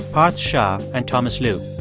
parth shah and thomas lu.